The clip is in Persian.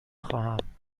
خواهم